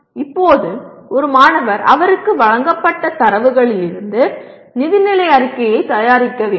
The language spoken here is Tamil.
இப்போது ஒரு மாணவர் அவருக்கு வழங்கப்பட்ட தரவுகளிலிருந்து நிதிநிலை அறிக்கையைத் தயாரிக்க வேண்டும்